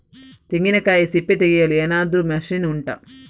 ತೆಂಗಿನಕಾಯಿ ಸಿಪ್ಪೆ ತೆಗೆಯಲು ಏನಾದ್ರೂ ಮಷೀನ್ ಉಂಟಾ